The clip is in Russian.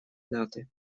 даты